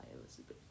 Elizabeth